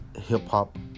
hip-hop